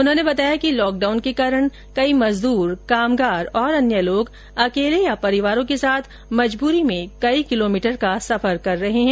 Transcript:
उन्होंने बताया कि लॉक डाउन के कारण कई मजदूर कामगार और अन्य लोग अकेले या परिवारों के साथ मजदूरी में कई किलोमीटर का सफर कर रहे हैं